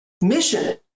mission